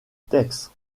texte